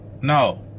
no